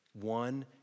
One